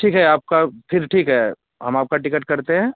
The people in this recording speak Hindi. ठीक है आपका फिर ठीक है हम आपकी टिकट करते हैं